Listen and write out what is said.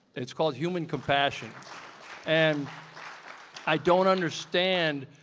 it's called human compassion and i don't understand